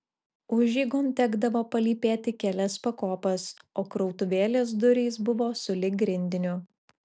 užeigon tekdavo palypėti kelias pakopas o krautuvėlės durys buvo sulig grindiniu